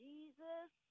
Jesus